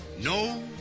No